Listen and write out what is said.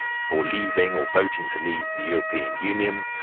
for leaving or voting to leave the european union.